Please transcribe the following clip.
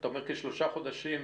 אתה אומר שלושה חודשים